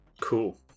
cool